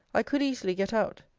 i could easily get out.